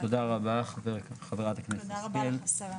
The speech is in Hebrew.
תודה רבה לך חברת הכנסת השכל.